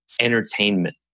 Entertainment